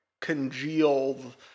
congealed